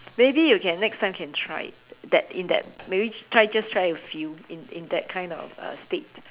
maybe you can next time can try it that in that maybe try just try a few in in that kind of uh state